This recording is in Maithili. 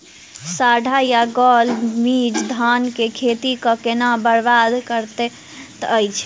साढ़ा या गौल मीज धान केँ खेती कऽ केना बरबाद करैत अछि?